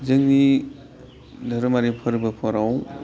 जोंनि धोरोमारि फोरबोफोराव